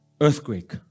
Earthquake